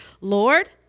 Lord